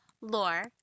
lore